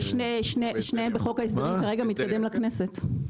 שתיהן בחוק ההסדרים, ומתקדמות לכנסת.